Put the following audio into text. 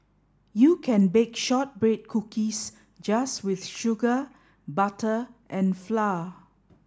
you can bake shortbread cookies just with sugar butter and flour